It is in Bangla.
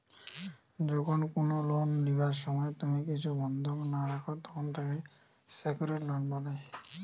যখন কুনো লোন লিবার সময় তুমি কিছু বন্ধক না রাখো, তখন তাকে সেক্যুরড লোন বলে